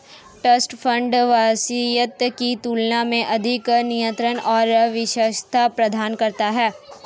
trust fund वसीयत की तुलना में अधिक नियंत्रण और विशिष्टता प्रदान करते हैं